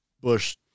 bush